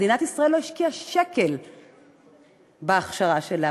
מדינת ישראל לא השקיעה שקל בהכשרה שלה,